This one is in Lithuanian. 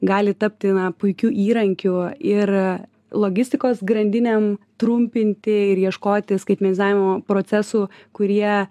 gali tapti na puikiu įrankiu ir logistikos grandinėm trumpinti ir ieškoti skaitmenizavimo procesų kurie